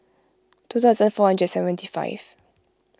two thousand four hundred and seventy five